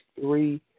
three